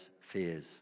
fears